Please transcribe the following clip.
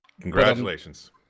congratulations